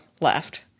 left